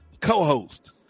co-host